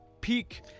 Peak